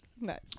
Nice